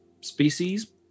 species